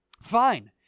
Fine